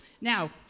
Now